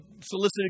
solicited